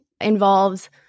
involves